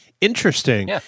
Interesting